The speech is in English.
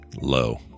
low